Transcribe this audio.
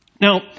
Now